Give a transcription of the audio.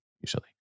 usually